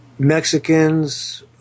Mexicans